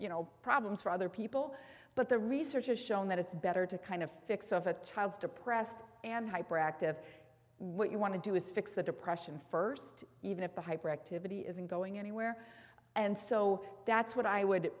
you know problems for other people but the research has shown that it's better to kind of fix of a child's depressed and hyperactive what you want to do is fix the depression first even if the hyperactivity isn't going anywhere and so that's what i would